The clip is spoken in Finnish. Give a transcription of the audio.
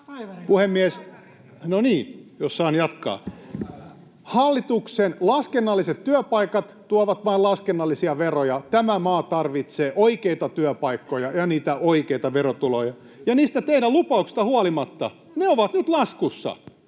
Puhemies, no niin, jos saan jatkaa. — Hallituksen laskennalliset työpaikat tuovat vain laskennallisia veroja. Tämä maa tarvitsee oikeita työpaikkoja ja niitä oikeita verotuloja. [Susanne Päivärinnan välihuuto] Ja niistä teidän lupauksistanne huolimatta ne ovat nyt laskussa.